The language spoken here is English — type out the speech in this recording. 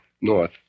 North